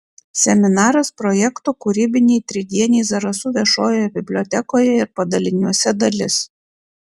seminaras projekto kūrybiniai tridieniai zarasų viešojoje bibliotekoje ir padaliniuose dalis